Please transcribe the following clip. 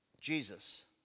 Jesus